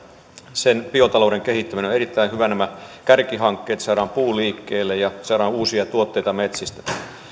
ja biotalouden kehittäminen on erittäin hyvä nämä kärkihankkeet saadaan puu liikkeelle ja saadaan uusia tuotteita metsistä